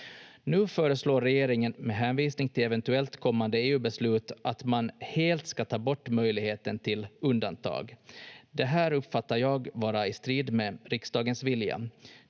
Nu föreslår regeringen, med hänvisning till eventuellt kommande EU-beslut, att man helt ska ta bort möjligheten till undantag. Det här uppfattar jag vara i strid med riksdagens vilja.